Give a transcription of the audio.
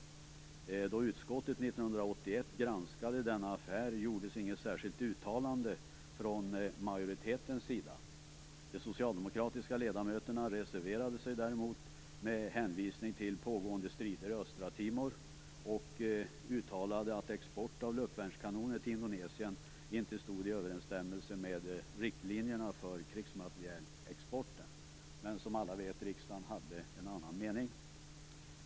Då utskottet 1981 granskade denna affär gjordes inget särskilt uttalande från majoritetens sida. De socialdemokratiska ledamöterna reserverade sig däremot med hänvisning till pågående strider i Östra Indonesien inte stod i överensstämmelse med riktlinjerna för krigsmaterielexporten. Som alla vet hade riksdagen en annan mening.